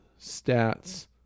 stats